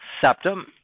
septum